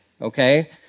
okay